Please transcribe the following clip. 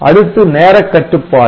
அடுத்து நேரக் கட்டுப்பாடு